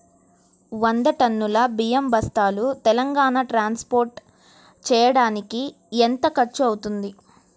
వంద టన్నులు బియ్యం బస్తాలు తెలంగాణ ట్రాస్పోర్ట్ చేయటానికి కి ఎంత ఖర్చు అవుతుంది?